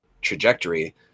trajectory